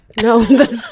No